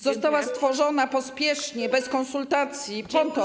została stworzona pospiesznie, bez konsultacji po to.